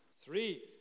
Three